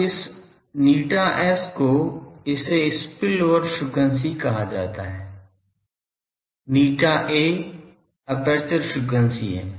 अब इस ηS को इसे स्पिल ओवर एफिशिएंसी कहा जाता है ηA एपर्चर एफिशिएंसी है